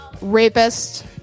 rapist